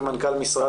כמנכ"ל משרד,